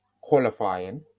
qualifying